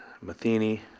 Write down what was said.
Matheny